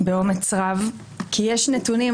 באומץ רב, כי יש נתונים.